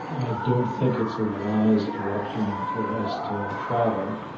i don't think it's a wise direction for us to travel.